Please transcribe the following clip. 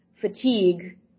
fatigue